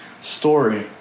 story